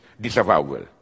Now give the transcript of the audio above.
disavowal